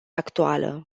actuală